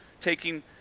taking